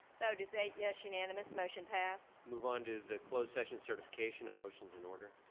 vote is eight yes, unanimous motion passed. move on to the close session certification a motion is in order.